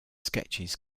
sketches